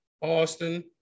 Austin